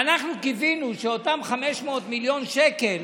ואנחנו קיווינו שאותם 500 מיליון שקל